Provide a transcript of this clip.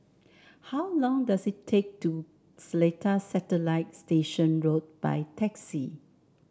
how long does it take to Seletar Satellite Station Road by taxi